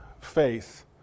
faith